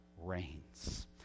reigns